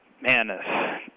man